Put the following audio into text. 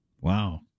Wow